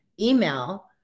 email